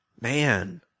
Man